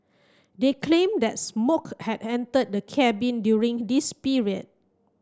they claimed that smoke had entered the cabin during this period